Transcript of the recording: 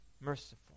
merciful